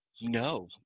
no